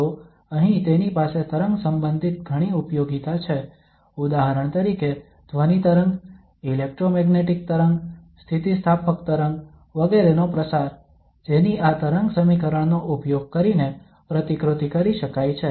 તો અહીં તેની પાસે તરંગ સંબંધિત ઘણી ઉપયોગિતા છે ઉદાહરણ તરીકે ધ્વનિ તરંગ ઇલેક્ટ્રોમેગ્નેટિક તરંગ સ્થિતિસ્થાપક તરંગ વગેરે નો પ્રસાર જેની આ તરંગ સમીકરણ નો ઉપયોગ કરીને પ્રતિકૃતિ કરી શકાય છે